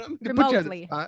Remotely